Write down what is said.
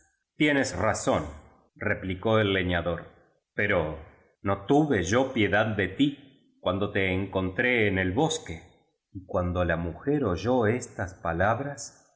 tienes razónreplicó el leñador pero no tuve yo pie dad de ti cuando te encontré en el bosque y cuando la mujer oyó estas palabras